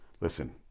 Listen